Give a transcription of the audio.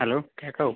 hello കേൾക്കാമോ